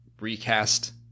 recast